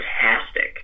fantastic